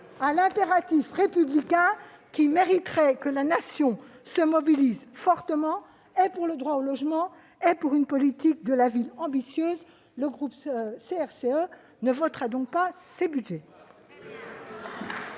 à l'impératif républicain, qui exigerait que la Nation se mobilise fortement, à la fois pour le droit au logement et pour une politique de la ville ambitieuse. Le groupe CRCE ne votera donc pas les crédits